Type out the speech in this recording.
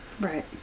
Right